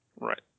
Right